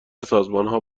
سازمانها